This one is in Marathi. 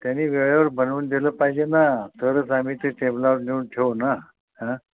त्यानी वेळेवर बनवून दिलं पाहिजे ना तरच आम्ही ते टेबलावर नेऊन ठेवू ना